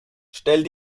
stell